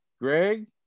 Greg